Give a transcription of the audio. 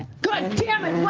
goddamn it!